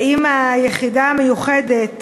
אם היחידה המיוחדת